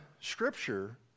Scripture